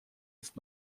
ist